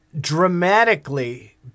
dramatically